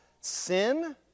Sin